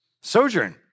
Sojourn